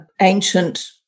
ancient